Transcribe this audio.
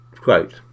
quote